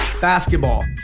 basketball